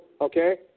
Okay